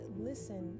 listen